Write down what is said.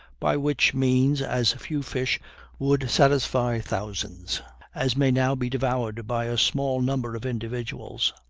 by which means as few fish would satisfy thousands as may now be devoured by a small number of individuals.